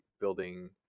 building